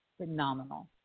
Phenomenal